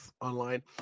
online